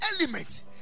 element